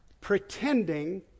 pretending